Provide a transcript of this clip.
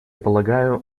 полагаю